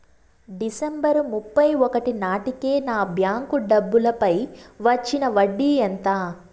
December ముప్పై ఒకటి నాటేకి నా బ్యాంకు డబ్బుల పై వచ్చిన వడ్డీ ఎంత?